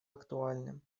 актуальным